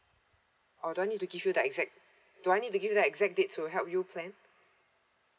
or do I need to give you the exact do I need to give the exact date to help you plan